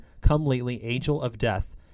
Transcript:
come-lately-angel-of-death